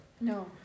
No